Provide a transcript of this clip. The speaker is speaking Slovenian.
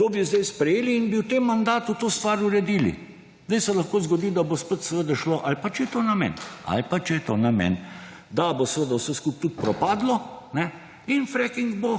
to bi zdaj sprejeli in bi v tem mandatu to stvar uredili. Zdaj se lahko zgodi, da bo spet, seveda, šlo ali pa če je to namen – ali pa, če je to namen -, da bo seveda vse skupaj tudi propadlo in freking bo